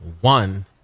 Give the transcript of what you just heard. one